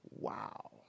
Wow